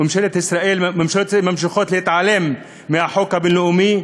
וממשלות ישראל ממשיכות להתעלם מהחוק הבין-לאומי,